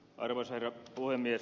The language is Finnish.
arvoisa herra puhemies